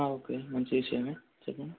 okay మంచి విషయమే చెప్పండి